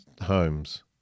homes